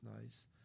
nice